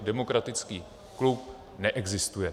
Demokratický klub neexistuje.